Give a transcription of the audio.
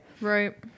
Right